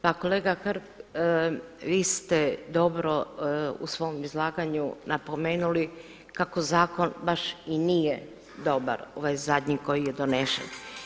Pa kolega Hrg vi ste dobro u svom izlaganju napomenuli kako zakon baš i nije dobar, ovaj zadnji koji je donesen.